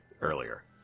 earlier